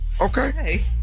okay